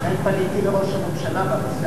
לכן פניתי אל ראש הממשלה בנושא